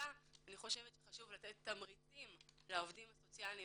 השפה חשוב לתת תמריצים לעובדים הסוציאליים